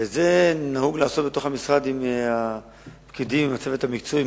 ואת זה נהוג לעשות בתוך המשרד עם הפקידים והצוות המקצועי,